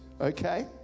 Okay